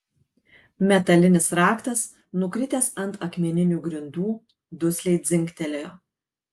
metalinis raktas nukritęs ant akmeninių grindų dusliai dzingtelėjo